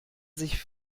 sich